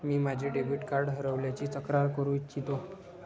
मी माझे debit card हरवल्याची तक्रार करू इच्छितो